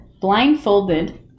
Blindfolded